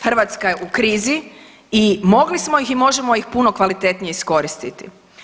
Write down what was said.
Hrvatska je u krizi i mogli smo ih i možemo ih puno kvalitetnije iskoristiti.